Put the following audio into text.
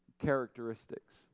characteristics